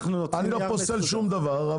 אני לא פוסל שום דבר,